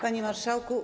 Panie Marszałku!